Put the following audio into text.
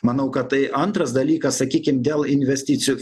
manau kad tai antras dalykas sakykim dėl investicijų